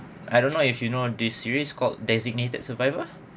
I don't know if you know this series called designated survivor